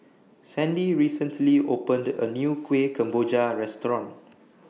Sandy recently opened A New Kuih Kemboja Restaurant